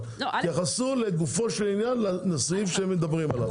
תתייחסו לגופו של ענין למה שאנו מתייחסים אליו.